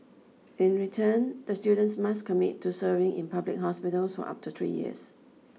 in return the students must commit to serving in public hospitals for up to three years